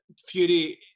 Fury